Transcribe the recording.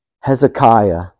Hezekiah